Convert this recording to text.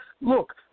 Look